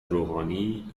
روحانی